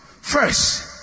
First